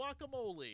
guacamole